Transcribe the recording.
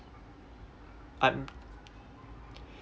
I'm